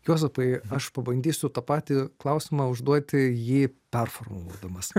juozapai aš pabandysiu tą patį klausimą užduoti jį performuluodamas